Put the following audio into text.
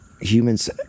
Humans